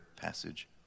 passage